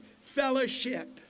fellowship